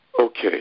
okay